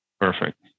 Perfect